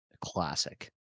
Classic